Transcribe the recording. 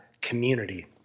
community